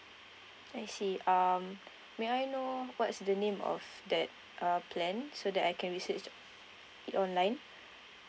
I see um may I know what's the name of that uh plan so that I can research it online